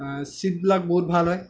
চিটবিলাক বহুত ভাল হয়